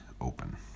open